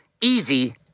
easy